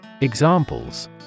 Examples